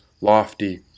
lofty